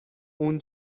اون